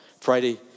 Friday